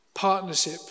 Partnership